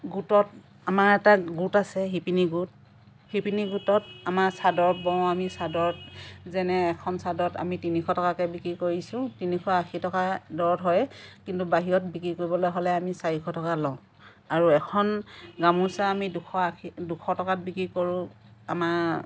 গোটত আমাৰ এটা গোট আছে শিপিনী গোট শিপিনী গোটত আমাৰ চাদৰ বওঁ আমি চাদৰ যেনে এখন চাদৰত আমি তিনিশ টকাকৈ বিক্ৰী কৰিছোঁ তিনিশ আশী টকাৰ দৰত হয় কিন্তু বাহিৰত বিক্ৰী কৰিবলৈ হ'লে আমি চাৰিশ টকা লওঁ আৰু এখন গামোচা আমি দুশ আশী দুশ টকাত বিক্ৰী কৰোঁ আমাৰ